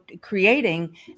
creating